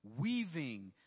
weaving